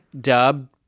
dub